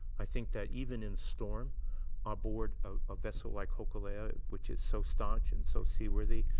i think that even in storm aboard a vessel like hokulea, which is so staunch and so seaworthy,